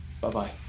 bye-bye